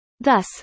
Thus